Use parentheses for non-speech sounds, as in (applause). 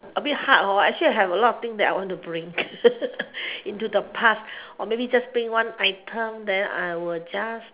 a bit hard hor actually I have a lot of thing that I want to bring (laughs) into the past or maybe just bring one item then I will just